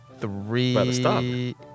Three